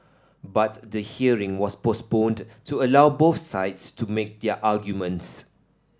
but the hearing was postponed to allow both sides to make their arguments